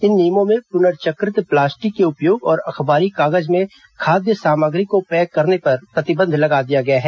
इन नियमों में पुनर्चक्रित प्लास्टिक के उपयोग और अखबारी कागज में खाद्य सामग्री को पैक करने पर प्रतिबंध लगा दिया गया है